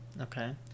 Okay